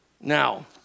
Now